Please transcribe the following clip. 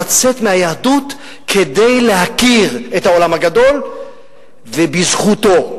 לצאת מהיהדות כדי להכיר את העולם הגדול ובזכותו,